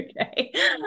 Okay